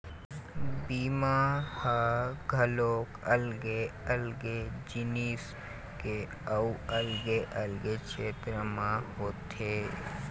बीमा ह घलोक अलगे अलगे जिनिस के अउ अलगे अलगे छेत्र म होथे